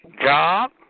Job